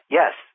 yes